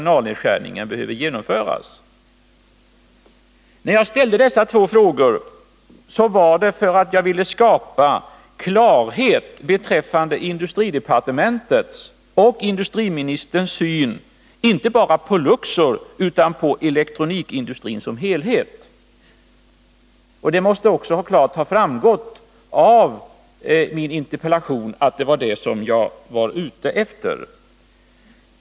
När jag ställde dessa två frågor var det för att jag ville skapa klarhet beträffande industridepartementets och industriministerns syn inte bara på Luxor utan på elektronikindustrin som helhet. Det måste också ha framgått klart av min interpellation att det var det som jag var ute efter.